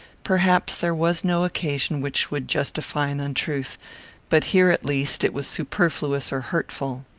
perhaps there was no occasion which would justify an untruth but here, at least, it was superfluous or hurtful.